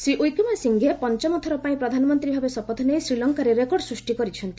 ଶ୍ରୀ ୱିକ୍ରମାସିଙ୍ଘେ ପଞ୍ଚମଥର ପାଇଁ ପ୍ରଧାନମନ୍ତ୍ରୀ ଭାବେ ଶପଥ ନେଇ ଶ୍ରୀଲଙ୍କାରେ ରେକର୍ଡ ସୃଷ୍ଟି କରିଛନ୍ତି